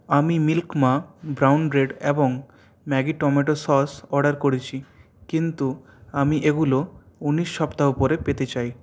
আমি মিল্ক মা brown bread এবং ম্যাগি টমেটো সস অর্ডার করেছি কিন্তু আমি এগুলো ঊনিশ সপ্তাহ পরে পেতে চাই